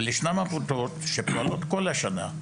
אבל ישנן עמותות שפועלות כל השנה,